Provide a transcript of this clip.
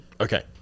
okay